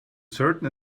certain